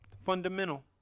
Fundamental